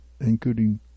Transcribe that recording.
including